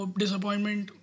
disappointment